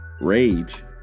rage